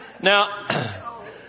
Now